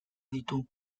ditu